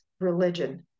religion